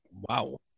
wow